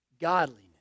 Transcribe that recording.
godliness